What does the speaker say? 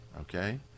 Okay